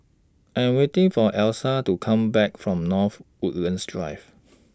I Am waiting For Eloisa to Come Back from North Woodlands Drive